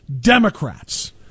Democrats